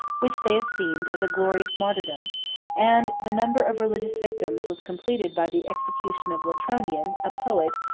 which they esteemed as a glorious martyrdom and the number of religious victims was completed by the execution of latronian, a poet,